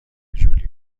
ژولیت